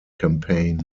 campaign